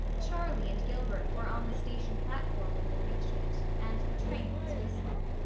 charlie and gilbert were on the station platform when they reached it, and the train was whistling.